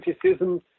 criticism